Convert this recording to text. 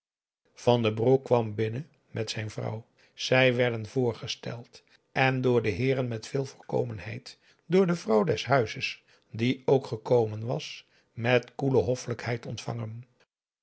van den broek kwam binnen met zijn vrouw zij werden voorgesteld en door de heeren met veel voorkomendheid door de vrouw des huizes die ook gekomen was met koele hoffelijkheid ontvangen